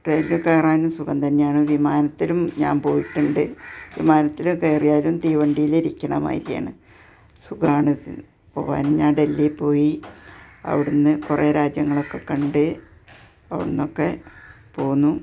ഫ്ലൈറ്റിൽ കയറാനും സുഖം തന്നെയാണ് വിമാനത്തിലും ഞാൻ പോയിട്ടുണ്ട് വിമാനത്തില് കയറിയാലും തീവണ്ടിയിൽ ഇരിക്കണമാതിരിയാണ് സിന് പോകാൻ ഞാന് ഡെല്ലി പോയി അവിടെ നിന്ന് കുറേ രാജ്യങ്ങളൊക്കെ കണ്ട് അവിടെ നിന്നൊക്കെ പോന്നു